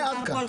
עד כאן.